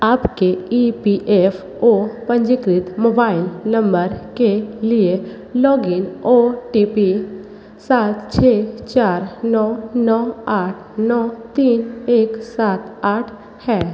आपके E P F O पंजीकृत mobile number के लिए लॉगिन ओ टी पी सात छः चार नौ नौ आठ नौ तीन एक सात आठ है